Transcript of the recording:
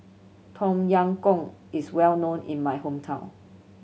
Tom Yam Goong is well known in my hometown